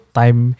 time